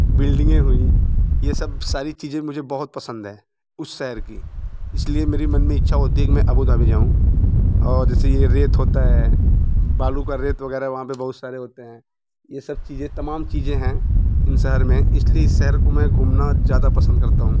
बिल्डिंगें हुईं ये सब सारी चीज़े मुझे बहुत पसंद हैं उस शहर की इस लिए मेरे मन में इच्छा होती है कि मैं आबू धाबी जाऊँ और जैसे ये रेत होती है बालू की रेत वग़ैरह वहाँ पर बहुत सारे होते हैं ये सब चीज़े तमाम चीज़े हैं इस शहर में इस लिए इस शहर को मैं घूमना ज़्यादा पसंद करता हूँ